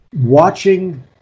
watching